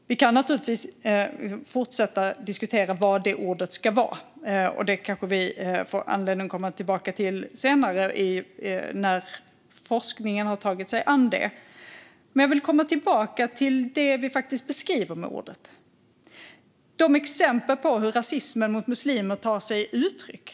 Vi kan naturligtvis fortsätta diskutera vilket det ordet ska vara, och det får vi kanske anledning att komma tillbaka till senare, när forskningen har tagit sig an det. Men jag vill komma tillbaka till det vi faktiskt beskriver med ordet - exemplen på hur rasismen mot muslimer tar sig uttryck.